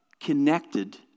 connected